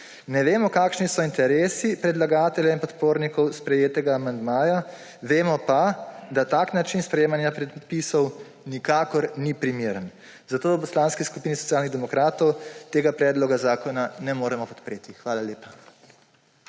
Ne vemo, kakšni so interesi predlagatelja in podpornikov sprejetega amandmaja, vemo pa, da tak način sprejemanja predpisov nikakor ni primeren. Zato v Poslanski skupini Socialnih demokratov tega predloga zakona ne moremo podpreti. Hvala lepa.